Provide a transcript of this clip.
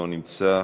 לא נמצא,